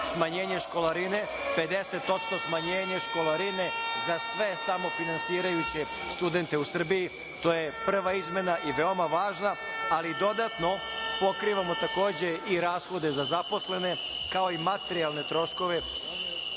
smanjenje školarine, 50% smanjenje školarine za sve samofinansirajuće studente u Srbiji. To je prva izmena i veoma važna, ali dodatno pokrivamo takođe i rashode za zaposlene, kao i materijalne troškove